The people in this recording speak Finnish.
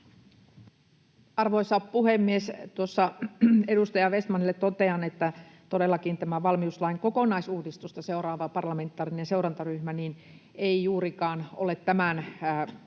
Arvoisa puhemies! Edustaja Vestmanille totean, että todellakin, valmiuslain kokonaisuudistusta seuraava parlamentaarinen seurantaryhmä ei juurikaan ole tämän niin